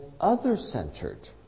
other-centered